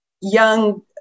young